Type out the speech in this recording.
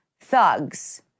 thugs